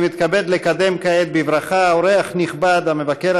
אני מתכבד לקדם כעת בברכה אורח נכבד המבקר